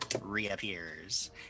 reappears